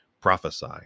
prophesy